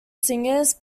singers